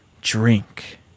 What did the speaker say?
drink